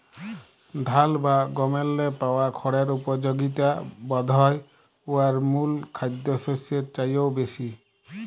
ধাল বা গমেল্লে পাওয়া খড়ের উপযগিতা বধহয় উয়ার মূল খাদ্যশস্যের চাঁয়েও বেশি